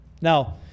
Now